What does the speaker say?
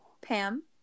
Pam